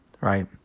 right